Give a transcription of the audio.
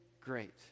Great